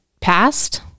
passed